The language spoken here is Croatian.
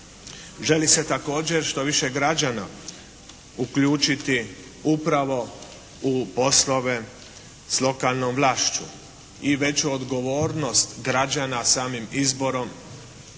Želi se također što više građana uključiti upravo u poslove s lokalnom vlašću i veću odgovornost građana samim izborom